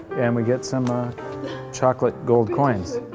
and we get some a chocolate gold coins!